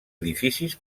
edificis